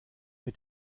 mit